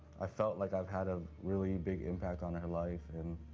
i felt like i've had a really big impact on her life, and.